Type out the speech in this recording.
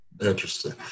Interesting